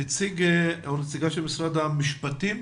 נציגת משרד המשפטים,